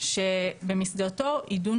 מוסמכת לדון